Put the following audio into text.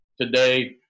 Today